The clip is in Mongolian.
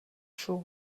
шүү